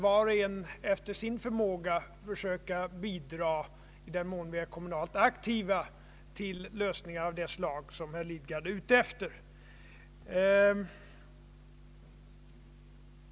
Var och en av oss får väl — i den mån vi är kommunalt aktiva — efter sin förmåga söka bidra till lösningar av det slag som herr Lidgard är ute efter.